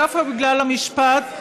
דווקא בגלל המשפט,